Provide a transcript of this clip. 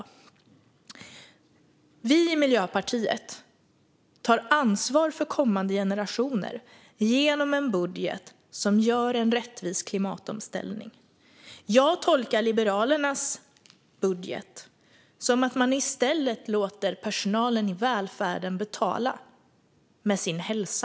Vi i Miljöpartiet tar ansvar för kommande generationer genom en budget som innebär en rättvis klimatomställning. Jag tolkar Liberalernas budget som att man i stället låter personalen i välfärden betala med sin hälsa.